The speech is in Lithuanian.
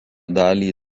dalį